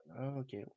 Okay